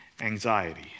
anxiety